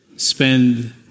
spend